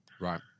Right